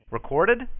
Recorded